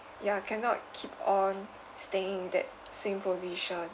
ya cannot keep on staying in that same position